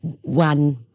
one